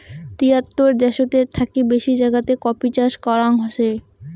তিয়াত্তর দ্যাশেতের থাকি বেশি জাগাতে কফি চাষ করাঙ হসে